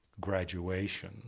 graduation